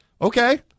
Okay